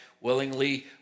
willingly